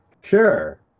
Sure